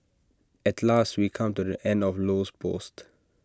at last we come to the end of Low's post